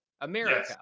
America